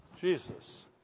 Jesus